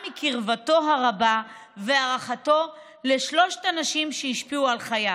מקרבתו הרבה והערכתו לשלוש הנשים שהשפיעו על חייו,